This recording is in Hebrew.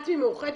את ממאוחדת?